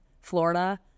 Florida